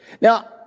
Now